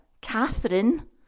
Catherine